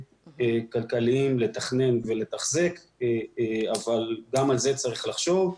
כלכליים - לתכנן ולתחזק אבל גם על זה צריך לחשוב.